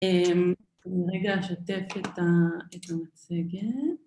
רגע אשתף את המצגת